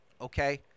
Okay